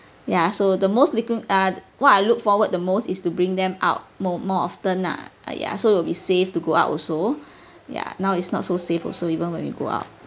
ya so the most licking ah what I look forward the most is to bring them out more more often ah ah ya so it will be safe to go out also ya now is not so safe also even when we go out